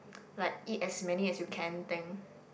like eat as many as you can thing